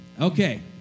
Okay